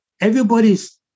everybody's